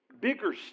bigger